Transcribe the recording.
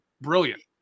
brilliant